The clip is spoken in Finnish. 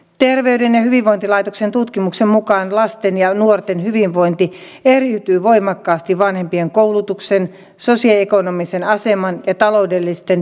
terveyden ja hyvinvoinnin laitoksen tutkimuksen mukaan lasten ja nuorten hyvinvointi eriytyy voimakkaasti vanhempien koulutuksen sosioekonomisen aseman ja taloudellisten tilanteitten mukaan